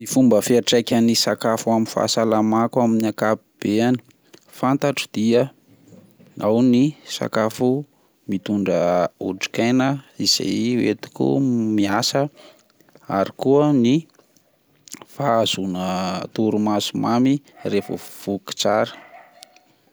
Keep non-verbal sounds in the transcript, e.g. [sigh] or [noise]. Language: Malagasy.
Ny fomba fetraikany ny sakafo aminy fahasalamako amin'ny ankapobeny fantatro dia ao ny sakafo mitondra otrik'aina izay hoentiko miasa ary ko ny hahazoana torimaso mamy revo voky tsara. [noise]